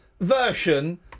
version